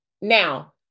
Now